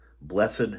Blessed